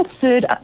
third